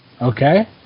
okay